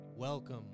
Welcome